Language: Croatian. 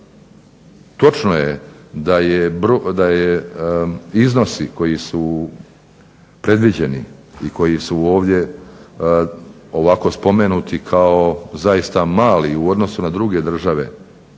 Točno je da je iznosi koji su predviđeni i koji su ovdje ovako spomenuti kao zaista mali u odnosu na druge države,